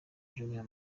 jumia